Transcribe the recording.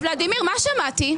אגב, ולדימיר, מה שמעתי?